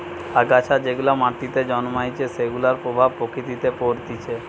আগাছা যেগুলা মাটিতে জন্মাইছে সেগুলার প্রভাব প্রকৃতিতে পরতিছে